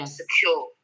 secure